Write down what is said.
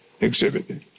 exhibited